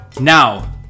now